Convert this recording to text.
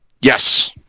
Yes